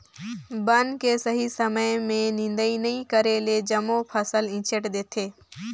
बन के सही समय में निदंई नई करेले जम्मो फसल ईचंट देथे